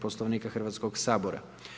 Poslovnika Hrvatskog sabora.